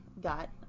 got